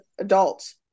adults